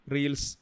Reels